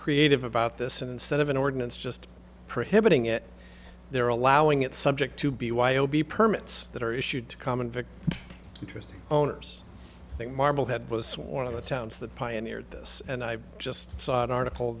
creative about this instead of an ordinance just prohibiting it they're allowing it subject to b y o b permits that are issued to common vick interests owners that marblehead was one of the towns that pioneered this and i just saw an article